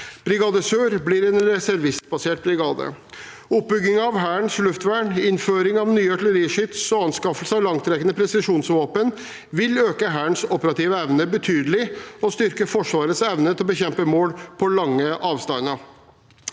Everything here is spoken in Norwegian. Brigade Sør blir en reservistbasert brigade. Oppbygging av Hærens luftvern, innføring av nye artilleriskyts og anskaffelse av langtrekkende presisjonsvåpen vil øke Hærens operative evne betydelig og styrke Forsvarets evne til å bekjempe mål på lange avstander.